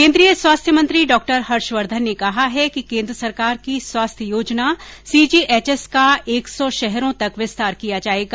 केन्द्रीय स्वास्थ्य मंत्री डॉ हर्षवर्धन ने कहा है कि केन्द्र सरकार की स्वास्थ्य योजना सीजीएचएस का एक सौ शहरों तक विस्तार किया जाएगा